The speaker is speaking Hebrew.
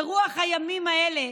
ברוח הימים האלה,